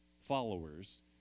followers